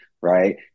right